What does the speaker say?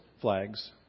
flags